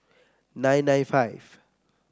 nine nine five